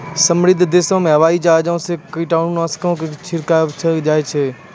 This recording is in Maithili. समृद्ध देशो मे हवाई जहाजो से कीटनाशको के छिड़कबैलो जाय छै